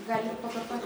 galima pakartoti